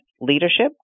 leadership